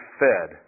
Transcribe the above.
fed